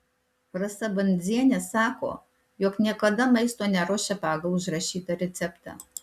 rasa bandzienė sako jog niekada maisto neruošia pagal užrašytą receptą